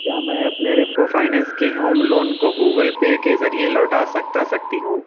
کیا میں اپنے ریپکو فنانس کے ہوم لون کو گوگل پے کے ذریعے لوٹا سکتا سکتی ہوں